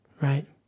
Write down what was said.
Right